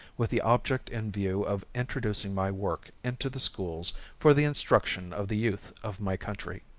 with the object in view of introducing my work into the schools for the instruction of the youth of my country.